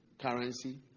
currency